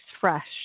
fresh